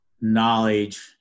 knowledge